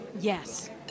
Yes